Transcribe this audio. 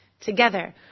together